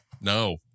No